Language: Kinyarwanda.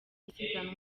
isiganwa